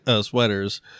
sweaters